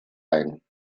ein